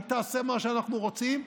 היא תעשה מה שאנחנו רוצים,